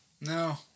No